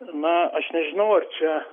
na aš nežinau ar čia